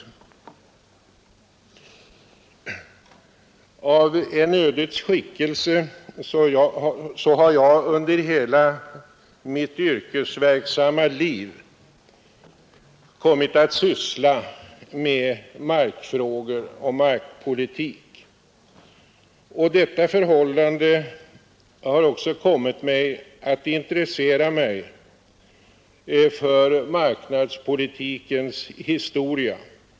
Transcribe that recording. Av en ödets skickelse har jag under hela mitt yrkesverksamma liv kommit att syssla med markfrågor och markpolitik, och detta har gjort att jag också kommit att intressera mig för markpolitikens historia.